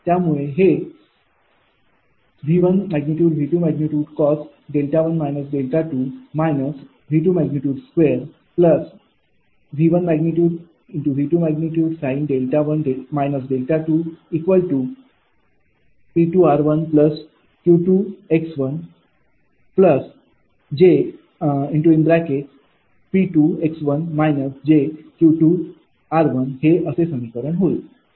त्यामुळे हे ।V1।।V2। cos δ1−δ2 −V22 ।V1।।V2। sin δ1−δ2 𝑃 𝑟 𝑄𝑥 j𝑃 𝑥−𝑗𝑄𝑟 हे असे समीकरण होईल